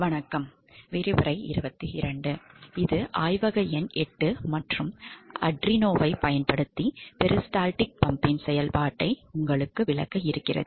வணக்கம் இது ஆய்வக எண் 8 மற்றும் Arduino ஐப் பயன்படுத்தி பெரிஸ்டால்டிக் பம்பின் செயல்பாட்டை உங்களுக்குக் கற்பிப்போம்